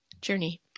journey